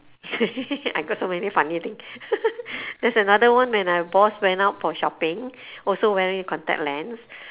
I got so many funny thing there's another one when my boss went out for shopping also wearing contact lens